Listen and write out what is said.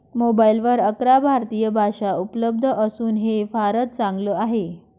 मोबाईलवर अकरा भारतीय भाषा उपलब्ध असून हे फारच चांगल आहे